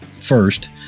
first